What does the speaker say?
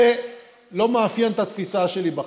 זה לא מאפיין את התפיסה שלי בחיים.